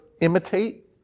imitate